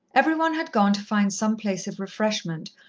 every one had gone to find some place of refreshment,